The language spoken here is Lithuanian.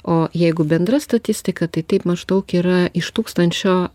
o jeigu bendra statistika tai taip maždaug yra iš tūkstančio